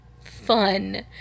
fun